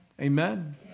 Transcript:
Amen